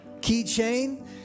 keychain